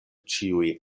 ĉiuj